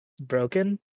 broken